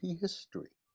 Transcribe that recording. history